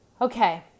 Okay